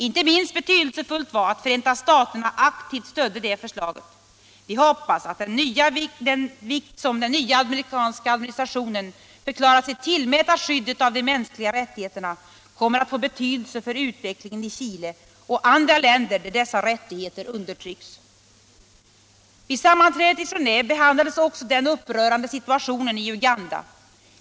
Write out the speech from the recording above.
Inte minst betydelsefullt var att Förenta staterna aktivt stödde detta förslag. Vi hoppas att den vikt som den nya amerikanska administrationen förklarat sig tillmäta skyddet av de mänskliga rättigheterna kommer att få betydelse för utvecklingen i Chile och andra länder där dessa rättigheter undertrycks. Vid sammanträdet i Geneve behandlades också den upprörande situationen i Uganda.